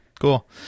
Cool